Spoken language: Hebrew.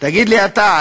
תגיד לי אתה,